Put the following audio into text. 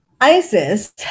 ISIS